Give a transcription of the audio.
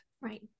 Right